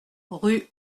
rue